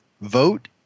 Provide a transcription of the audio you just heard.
vote